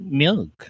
milk